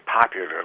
popular